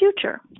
future